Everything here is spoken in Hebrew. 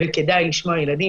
וכדאי לשמוע ילדים,